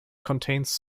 contains